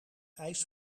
ijs